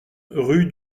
rue